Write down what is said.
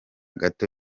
gato